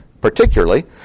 particularly